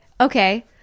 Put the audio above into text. okay